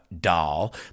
doll